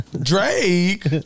Drake